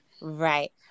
Right